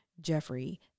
Jeffrey